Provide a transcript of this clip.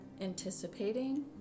anticipating